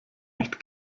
nicht